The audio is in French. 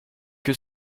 que